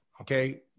okay